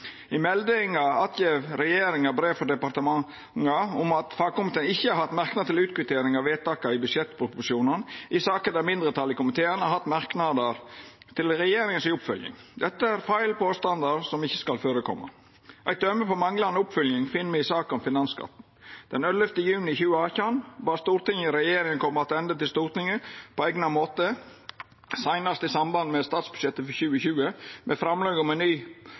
I meldinga gjev regjeringa att brev frå departementa om at fagkomiteen ikkje har hatt merknader til utkvittering av vedtaka i budsjettproposisjonane i saker der mindretalet i komiteen har hatt merknader til oppfylginga frå regjeringa. Dette er feil påstandar som ikkje skal førekoma. Eit døme på manglande oppfølging finn me i saka om finansskatten. Den 11. juni 2018 bad Stortinget regjeringa koma attende til Stortinget på eigna måte, seinast i samband med statsbudsjettet for 2020, med framlegg om